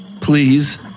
Please